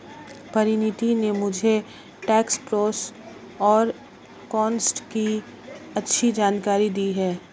परिनीति ने मुझे tax pros और कोन्स की अच्छी जानकारी दी है